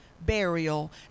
burial